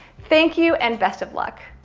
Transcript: thank you and best of luck.